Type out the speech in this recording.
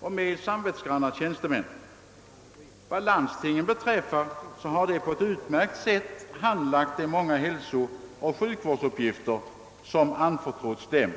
och med samvetsgranna tjänstemän. Vad landstingen beträffar har de på ett utmärkt sätt handhaft de många hälsooch sjukvårdsuppgifter som anförtrotts dem.